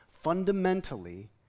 fundamentally